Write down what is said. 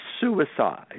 suicide